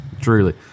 Truly